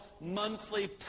monthly